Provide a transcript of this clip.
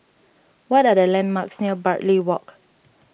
what are the landmarks near Bartley Walk